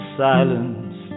silence